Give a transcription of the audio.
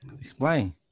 Explain